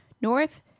north